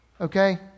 Okay